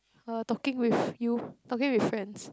uh talking with you talking with friends